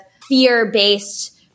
fear-based